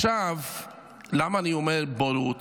עכשיו, למה אני אומר בורות?